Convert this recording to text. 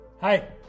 Hi